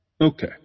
Okay